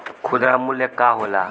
खुदरा मूल्य का होला?